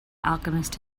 alchemist